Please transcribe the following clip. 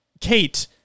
Kate